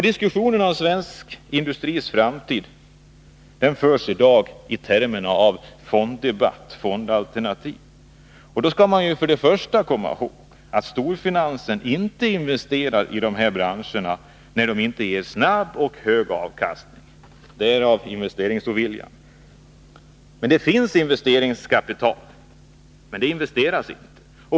Diskussionen om svensk industris framtid förs i dag i termer som fonddebatt och fondalternativ. Då skall man först och främst komma ihåg att storfinansen inte investerar i dessa branscher, om det inte ger snabb och hög avkastning. Därav kommer investeringsoviljan. Det finns investeringskapital, men det investeras inte.